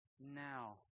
now